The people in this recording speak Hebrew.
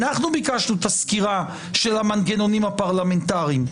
אנחנו ביקשנו את הסקירה של המנגנונים הפרלמנטריים,